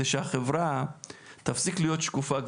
על מנת שהחברה תפסיק להיות שקופה.